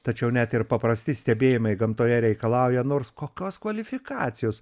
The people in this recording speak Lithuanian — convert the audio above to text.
tačiau net ir paprasti stebėjimai gamtoje reikalauja nors kokios kvalifikacijos